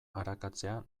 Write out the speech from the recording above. arakatzea